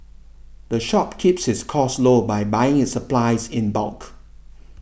the shop keeps its costs low by buying its supplies in bulk